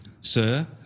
Sir